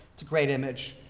it's a great image.